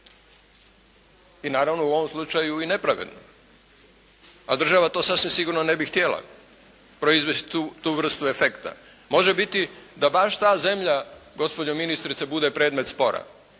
I naravno u ovom slučaju i nepravedno. A država to sasvim sigurno ne bi htjela, proizvesti tu vrstu efekta. Može biti da baš ta zemlja gospođo ministrice bude predmet spora.